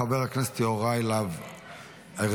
חבר הכנסת יוראי להב הרצנו,